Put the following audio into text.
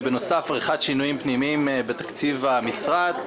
ובנוסף עריכת שינויים פנימיים בתקציב המשרד,